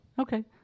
Okay